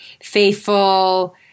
faithful